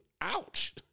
Ouch